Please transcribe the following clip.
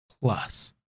Plus